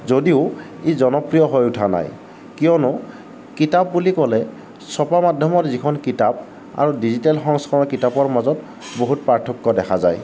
যদিও ই জনপ্ৰিয় হৈ উঠা নাই কিয়নো কিতাপ বুলি ক'লে ছপা মাধ্যমৰ যিখন কিতাপ আৰু ডিজিটেল সংস্কৰণৰ কিতাপৰ মাজত বহুত পাৰ্থক্য দেখা যায়